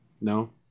No